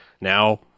now